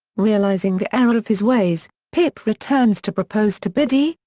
realising the error of his ways, pip returns to propose to biddy,